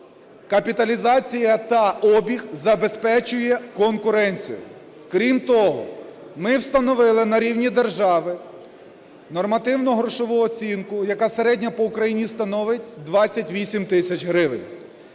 капіталізація та обіг забезпечує конкуренцію. Крім того, ми встановили на рівні держави нормативно-грошову оцінку, яка середньо по Україні становить 28 тисяч гривень.